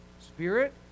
spirit